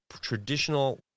traditional